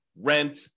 rent